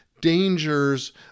dangers